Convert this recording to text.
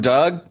Doug